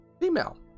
female